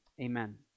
Amen